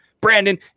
Brandon